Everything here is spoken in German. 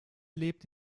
lebt